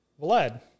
Vlad